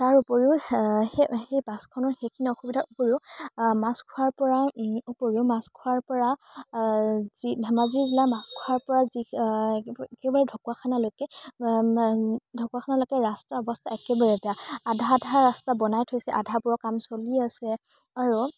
তাৰ উপৰিও সেই সেই বাছখনৰ সেইখিনি অসুবিধাৰ উপৰিও মাছখোৱাৰ পৰা উপৰিও মাছখোৱাৰপৰা যি ধেমাজি জিলাৰ মাছখোৱাৰ পৰা যি একেবাৰে ঢকুৱাখানালৈকে ঢকুৱাখানালৈকে ৰাস্তাৰ অৱস্থা একেবাৰে বেয়া আধা আধা ৰাস্তা বনাই থৈছে আধাবোৰৰ কাম চলি আছে আৰু